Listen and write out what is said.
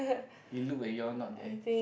he look when you all not there